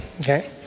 Okay